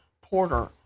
Porter